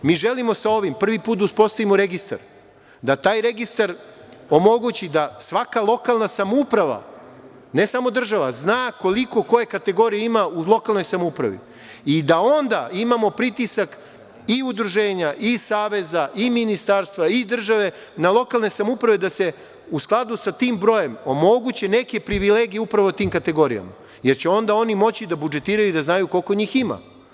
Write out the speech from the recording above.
Mi želimo sa ovim prvi put da uspostavimo registar, da taj registar omogući da svaka lokalna samouprava, ne samo država, zna koliko koje kategorije ima u lokalnoj samoupravi i da onda imamo pritisak i udruženja, i saveza, i ministarstva, i države na lokalne samouprave da se u skladu sa tim brojem omoguće neke privilegije upravo tim kategorijama, jer će onda oni moći da budžetiraju i da znaju koliko njih ima.